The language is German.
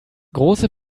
große